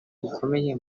bukomeye